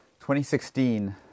2016